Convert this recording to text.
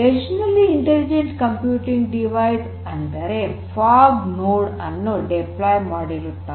edge ನಲ್ಲಿ intelligent computing device ಅಂದರೆ fog node ಅನ್ನು ಡಿಪ್ಲೋಯ್ ಮಾಡಿರುತ್ತಾರೆ